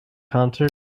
concert